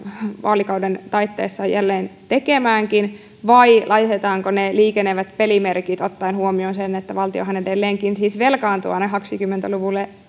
vaalikauden taitteessa jälleen tekemäänkin vai mihin ne liikenevät pelimerkit laitetaan ottaen huomioon sen että valtiohan edelleenkin velkaantuu aina kaksikymmentä luvulle